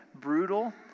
brutal